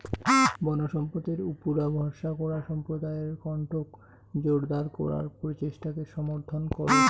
বনসম্পদের উপুরা ভরসা করা সম্প্রদায়ের কণ্ঠক জোরদার করার প্রচেষ্টাক সমর্থন করো